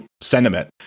sentiment